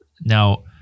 Now